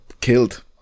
killed